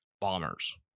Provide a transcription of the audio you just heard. bombers